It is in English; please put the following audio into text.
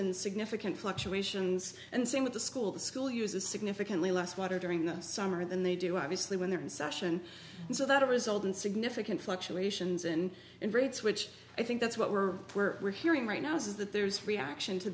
in significant fluctuations and saying that the school the school uses significantly less water during the summer than they do obviously when they're in session so that a result in significant fluctuations and in rates which i think that's what we're we're we're hearing right now is that there is reaction to